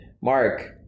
Mark